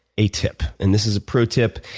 a tip and this is a pro tip,